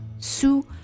Sous